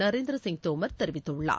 நரேந்திர சிங் தோமர் தெரிவித்துள்ளார்